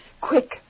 Quick